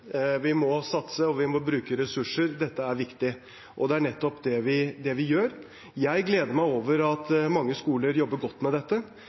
vi må satse, og vi må bruke ressurser. Dette er viktig. Og det er nettopp det vi gjør. Jeg gleder meg over at mange skoler jobber godt med dette.